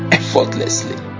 effortlessly